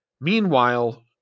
Meanwhile